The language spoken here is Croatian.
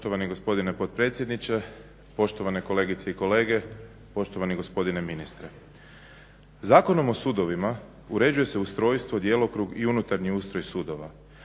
Poštovani gospodine potpredsjedniče, poštovane kolegice i kolege, poštovani gospodine ministre. Zakonom o sudovima uređuje se ustrojstvo, djelokrug i unutarnji ustroj sudova,